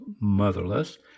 motherless